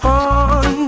on